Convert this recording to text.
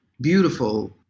beautiful